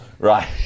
Right